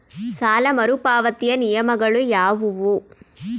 ಸಾಲ ಮರುಪಾವತಿಯ ನಿಯಮಗಳು ಯಾವುವು?